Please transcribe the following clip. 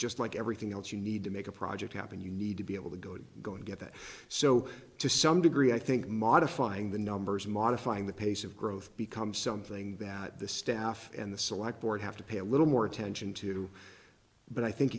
just like everything else you need to make a project happen you need to be able to go to go and get that so to some degree i think modifying the numbers modifying the pace of growth becomes something that the staff and the select board have to pay a little more attention to but i think